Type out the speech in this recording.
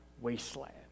wasteland